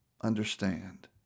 Understand